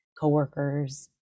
coworkers